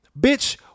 bitch